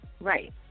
Right